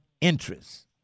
interests